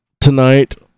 tonight